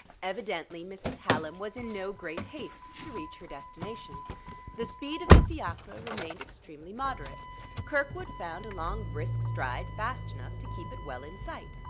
evidently mrs. hallam was in no great haste to reach her destination the speed of the fiacre remained extremely moderate kirkwood found a long, brisk stride fast enough to keep it well in sight.